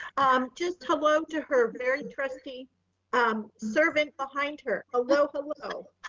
i'm just hello to her, very trusting um servant behind her. hello, hello.